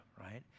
Right